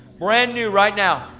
brand new, right now.